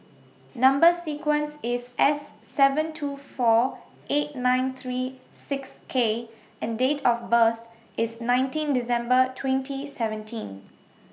Number sequence IS S seven two four eight nine three six K and Date of birth IS nineteen December twenty seventeen